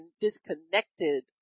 disconnected